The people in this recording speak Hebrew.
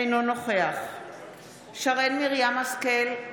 אינו נוכח שרן מרים השכל,